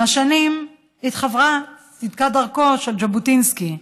עם השנים התחוורה צדקת דרכו של ז'בוטינסקי,